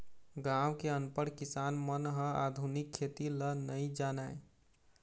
गाँव के अनपढ़ किसान मन ह आधुनिक खेती ल नइ जानय